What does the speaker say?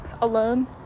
alone